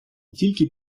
тільки